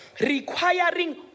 requiring